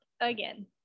again